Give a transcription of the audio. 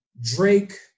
Drake